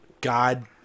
God